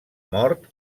mort